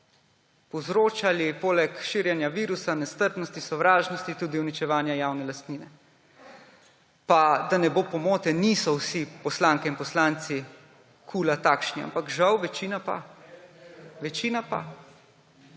povzročali poleg širjenja virusa nestrpnosti, sovražnosti, tudi uničevanja javne lastnine. Pa da ne bo pomote, niso vsi poslanke in poslanci KUL-a takšni, ampak žal večina pa. Večina pa.